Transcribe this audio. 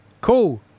Cool